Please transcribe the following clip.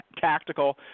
tactical